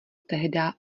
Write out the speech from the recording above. tehdá